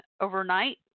overnight